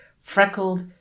freckled